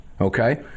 okay